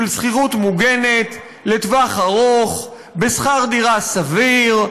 של שכירות מוגנת לטווח ארוך בשכר-דירה סביר?